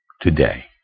today